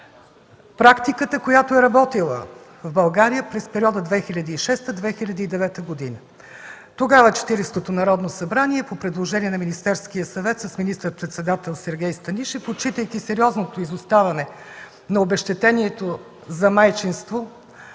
практиката, която е работила в България през периода 2006 - 2009 г. Тогава Четиридесетото Народно събрание по предложение на Министерския съвет с министър-председател Сергей Станишев, отчитайки сериозното изоставане на обезщетението за майчинство,